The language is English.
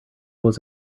was